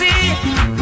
See